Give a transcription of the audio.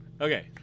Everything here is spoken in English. Okay